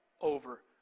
over